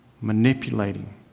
manipulating